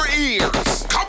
ears